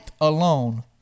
alone